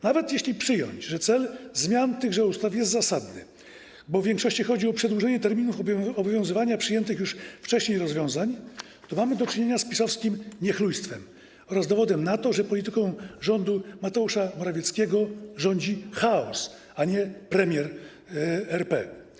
Nawet jeśli przyjmiemy, że cel zmian tychże ustaw jest zasadny, bo w większości chodzi o przedłużenie terminów obowiązywania przyjętych już wcześniej rozwiązań, to mamy do czynienia z PiS-owskim niechlujstwem oraz dowodem na to, że polityką rządu Mateusza Morawieckiego rządzi chaos, a nie premier RP.